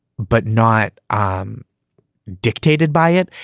but not um dictated by it.